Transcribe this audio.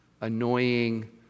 annoying